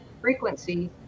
frequency